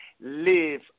live